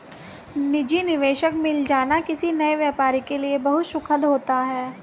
निजी निवेशक मिल जाना किसी नए व्यापारी के लिए बहुत सुखद होता है